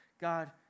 God